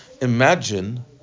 Imagine